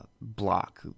block